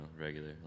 regular